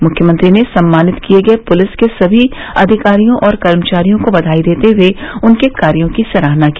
मुख्यमंत्री ने सम्मानित किये गये पूलिस के सभी अधिकारियों और कर्मचारियों को बघाई देते हए उनके कार्यों की सराहना की